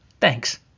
Thanks